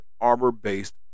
Arbor-based